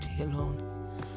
alone